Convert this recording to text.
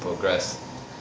progress